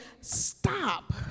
stop